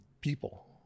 people